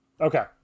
Okay